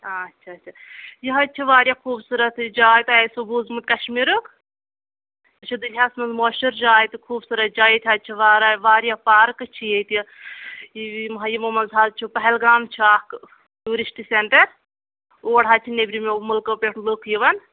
آچھا اچھا یہِ حظ چھِ واریاہ خوٗبصوٗرت جاے تۄہہِ آسوٕ بوٗزمُت کَشمیٖرُک یہِ چھِ دُنیاہَس منٛز مٔہشوٗر جاے تہٕ خوٗبصوٗرت جاے ییٚتہِ حظ چھِ واراہ واریاہ پارکہٕ چھِ ییٚتہِ یِمو منٛز حظ چھِ پہلگام چھُ اَکھ ٹوٗرِسٹ سٮ۪نٹَر اور حظ چھِ نٮ۪برِمیو مٔلکَو پٮ۪ٹھ لُکھ یِوان